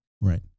Right